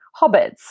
hobbits